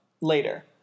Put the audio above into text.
later